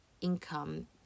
income